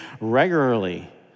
regularly